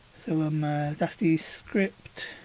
so um that's the script.